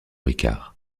ricard